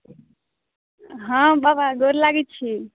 हँ बाबा गोड़ लागैत छी